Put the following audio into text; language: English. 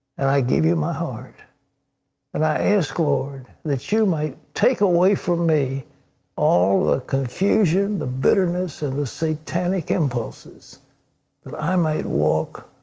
and i give you my heart and i ask the lord that you might take away from me all the confusion, the bitterness and the satanic impulses that i might walk